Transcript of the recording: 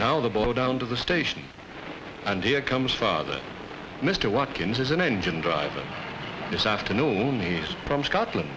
now the bow down to the station and here comes father mr watkins is an engine driver this afternoon he's from scotland